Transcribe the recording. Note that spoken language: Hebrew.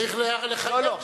צריך לחייב בסירוס.